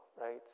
right